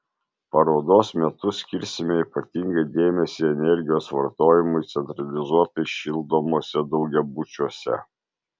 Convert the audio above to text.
parodos metu skirsime ypatingą dėmesį energijos vartojimui centralizuotai šildomuose daugiabučiuose